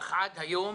אך עד היום